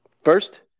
First